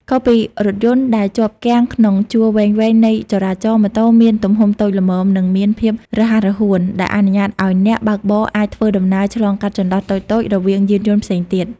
ខុសពីរថយន្តដែលជាប់គាំងក្នុងជួរវែងៗនៃចរាចរណ៍ ម៉ូតូមានទំហំតូចល្មម និងមានភាពរហ័សរហួន ដែលអនុញ្ញាតឱ្យអ្នកបើកបរអាចធ្វើដំណើរឆ្លងកាត់ចន្លោះតូចៗរវាងយានយន្តផ្សេងទៀត។